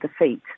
defeat